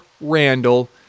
Randall